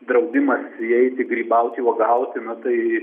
draudimas įeiti grybauti uogauti na tai